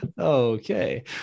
Okay